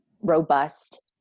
robust